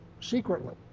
secretly